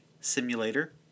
simulator